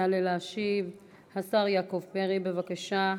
יעלה להשיב השר יעקב פרי, בבקשה,